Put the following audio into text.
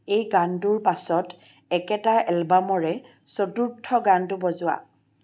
এই গানটোৰ পাছত একেটা এলবামৰে চতুৰ্থ গানটো বজোৱা